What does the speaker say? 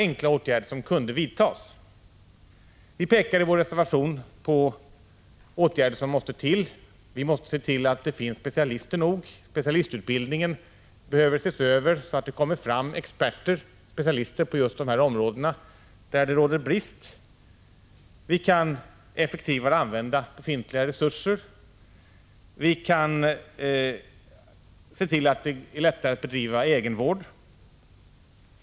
I vår reservation pekar vi på åtgärder som måste vidtas. Vi måste se till att det finns tillräckligt många specialister. Specialistutbildningen behöver ses över. Det behövs fler experter, specialister, på just de områden där det råder brist på sådana. Vidare kan vi effektivare använda befintliga resurser. Vi kan också se till att det blir lättare att bedriva egenvård.